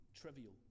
trivial